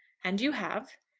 and you have.